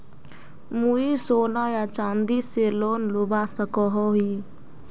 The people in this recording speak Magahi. मुई सोना या चाँदी से लोन लुबा सकोहो ही?